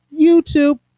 YouTube